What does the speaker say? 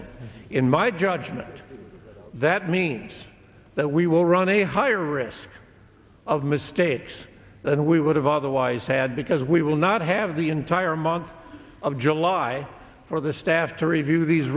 g in my judgment that means that we will run a higher risk of mistakes than we would have otherwise had because we will not have the entire month of july or the staff to review these